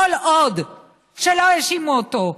כל עוד לא האשימו אותו,